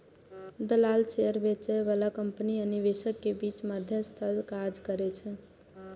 दलाल शेयर बेचय बला कंपनी आ निवेशक के बीच मध्यस्थक काज करै छै